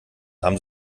haben